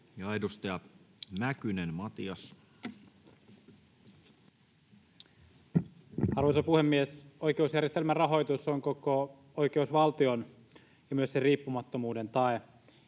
17:16 Content: Arvoisa puhemies! Oikeusjärjestelmän rahoitus on koko oikeusvaltion ja myös sen riippumattomuuden tae.